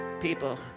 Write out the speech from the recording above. people